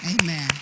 Amen